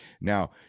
now